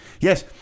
Yes